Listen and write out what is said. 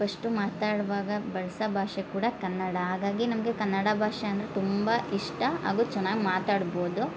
first ಮಾತಾಡುವಾಗ ಬಳ್ಸೋ ಭಾಷೆ ಕೂಡ ಕನ್ನಡ ಹಾಗಾಗಿ ನಮಗೆ ಕನ್ನಡ ಭಾಷೆ ಅಂದರೆ ತುಂಬ ಇಷ್ಟ ಹಾಗೂ ಚೆನ್ನಾಗಿ ಮಾತಾಡ್ಬೋದು